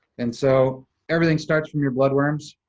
and so everything starts from your blood worms.